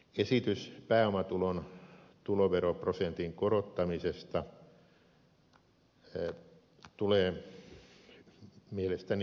esitys pääomatulon tuloveroprosentin korottamisesta tulee mielestäni hylätä